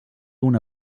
una